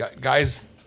guys